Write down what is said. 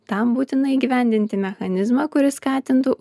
tam būtina įgyvendinti mechanizmą kuris skatintų